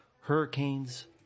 hurricanes